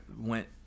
went